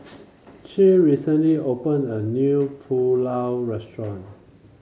Che recently open a new Pulao restaurant